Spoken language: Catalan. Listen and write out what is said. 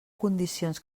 condicions